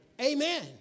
Amen